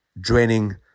draining